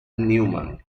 newman